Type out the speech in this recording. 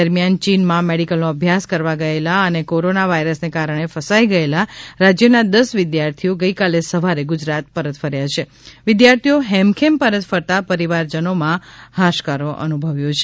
દરમિયાન ચીનમાં મેડિકલનો અભ્યાસ કરવા ગયેલા અને કોરોના વાઇરસને કારણે ફસાઇ ગયેલા રાજ્યના દસ વિદ્યાર્થીઓ ગઈકાલે સવારે ગુજરાત પરત ફર્યા છે વિદ્યાર્થીઓ હેમખેમ પરત ફરતા પરિવારજનોમાં હાશકારો અનુભવ્યો છે